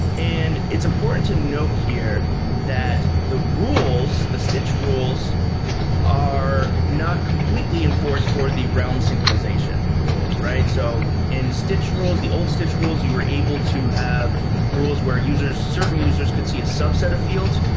and it's important to note here that the rules, the stitch rules are not completely enforced for the realm synchronization rules. so in stitch rules, the old stitch rules, you were able to have rules where users, certain users, could see a subset of fields.